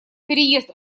переезд